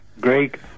Greg